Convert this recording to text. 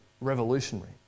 revolutionary